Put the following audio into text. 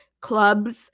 clubs